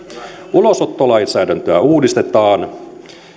ulosottolainsäädäntöä uudistetaan